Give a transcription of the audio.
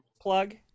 plug